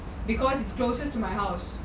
because it's closest to my house